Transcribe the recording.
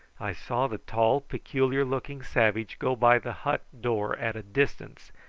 i saw the tall, peculiar-looking savage go by the hut door at a distance,